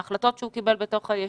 ההחלטות שהוא קיבל בתוך הישוב,